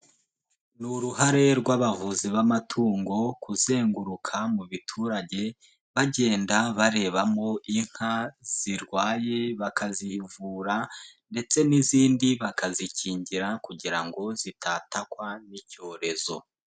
Ni uruhare rw'abavuzi b'amatungo kuzenguruka mu baturage bagenda barebamo inka zirwaye bakazivura ndetse n'izindi bakazikingira kugira ngo zitatakwa n'icyorezo.